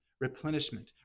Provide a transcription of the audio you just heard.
replenishment